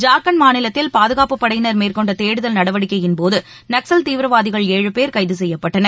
ஜார்கண்ட் மாநிலத்தில் பாதுகாப்புப்படையினர் மேற்கொண்ட தேடுதல் நடவடிக்கையின்போது நக்சல் தீவிரவாதிகள் ஏழு பேர் கைது செய்யப்பட்டனர்